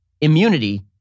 immunity